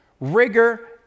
rigor